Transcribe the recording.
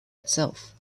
itself